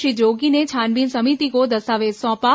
श्री जोगी ने छानबीन समिति को दस्तावेज सौंपा